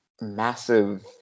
massive